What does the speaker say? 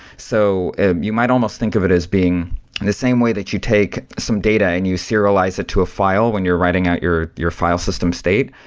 so ah you might almost think of it as being the same way that you take some data and you serialize it to a file when you're writing at your your file system state.